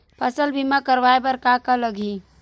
फसल बीमा करवाय बर का का लगही?